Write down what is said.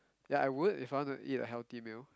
yeah I would if I want to eat a healthy meal